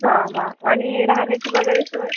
हा हा आणि राहण्याची वगैरे सोय